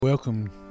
Welcome